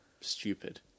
Stupid